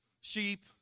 sheep